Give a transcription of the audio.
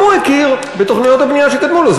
גם הוא הכיר בתוכניות הבנייה שקדמו לו.